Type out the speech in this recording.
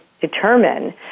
determine